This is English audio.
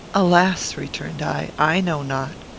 alas! returned i, i know not.